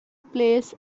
plays